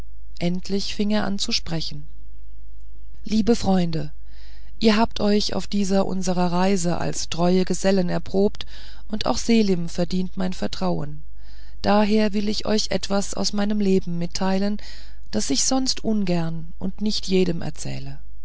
endlich fing er an zu sprechen liebe freunde ihr habt euch auf dieser unserer reise als treue gesellen erprobt und auch selim verdient mein vertrauen daher will ich euch etwas aus meinem leben mitteilen das ich sonst ungern und nicht jedem erzähle